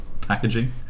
packaging